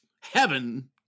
heaven